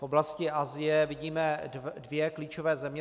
V oblasti Asie vidíme dvě klíčové země.